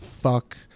fuck